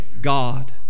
God